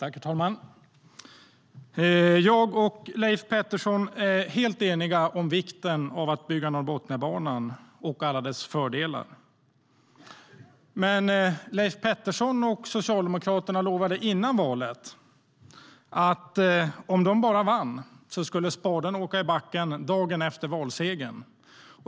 Herr talman! Jag och Leif Pettersson är helt eniga om vikten av att bygga Norrbotniabanan och om alla dess fördelar. Men Leif Pettersson och Socialdemokraterna lovade före valet att om de bara vann skulle spaden åka i backen dagen efter valsegern.